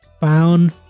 found